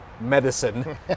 medicine